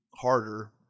harder